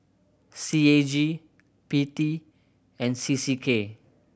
C A G P T and C C K